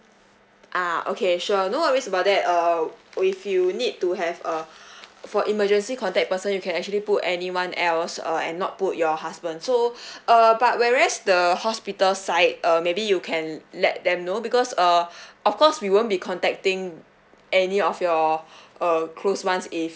ah okay sure no worries about that uh if you need to have uh for emergency contact person you can actually put anyone else err and not put your husband so err but whereas the hospital side err maybe you can let them know because uh of course we won't be contacting any of your err close ones if